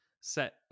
set